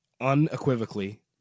unequivocally